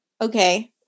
okay